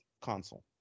console